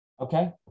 Okay